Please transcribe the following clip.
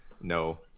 no